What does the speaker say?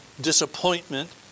disappointment